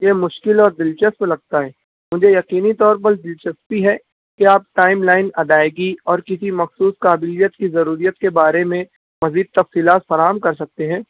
یہ مشکل اور دلچسپ لگتا ہے مجھے یقینی طور پر دلچسپی ہے کہ آپ ٹائم لائن ادائیگی اور کسی مخصوص قابلیت کی ضروریت کے بارے میں مزید تفصیلات فراہم کر سکتے ہیں